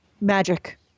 Magic